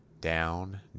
Down